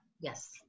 Yes